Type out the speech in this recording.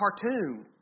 cartoon